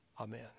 Amen